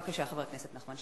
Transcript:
בבקשה, חבר הכנסת נחמן שי.